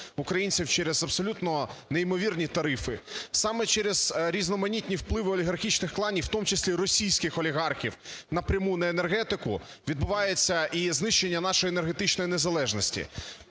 через абсолютно неймовірні тарифи. Саме через різноманітні впливи олігархічних кланів, у тому числі російських олігархів, напряму на енергетику відбувається і знищення нашої енергетичної незалежності.